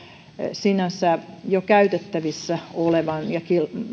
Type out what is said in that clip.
sinänsä jo käytettävissä olevan ja